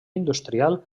industrial